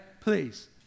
please